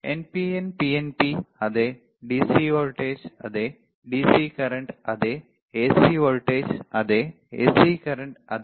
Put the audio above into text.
NPN PNP അതെ DC voltage അതെ DC current അതെ എസി വോൾട്ടേജ് അതെ എസി കറൻറ് അതെ